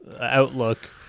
outlook